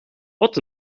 wat